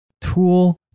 tool